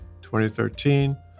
2013